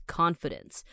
confidence